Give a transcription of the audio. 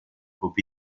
pop